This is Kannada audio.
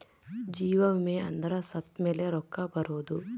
ಜೀವ ವಿಮೆ ಅಂದ್ರ ಸತ್ತ್ಮೆಲೆ ರೊಕ್ಕ ಬರೋದು